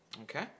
Okay